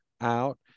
out